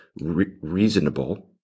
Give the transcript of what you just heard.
reasonable